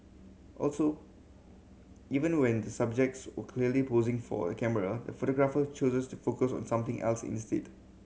also even when the subjects were clearly posing for a camera the photographer choses to focus on something else instead